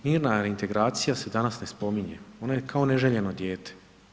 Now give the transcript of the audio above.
Mirna reintegracija se danas ne spominje, ona je kao neželjeno dijete.